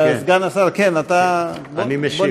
סגן השר, אתה, אני משיב.